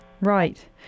Right